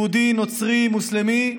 יהודי, נוצרי, מוסלמי,